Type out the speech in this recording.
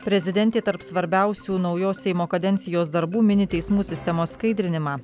prezidentė tarp svarbiausių naujos seimo kadencijos darbų mini teismų sistemos skaidrinimą